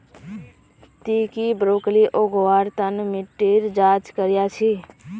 ती की ब्रोकली उगव्वार तन मिट्टीर जांच करया छि?